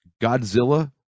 godzilla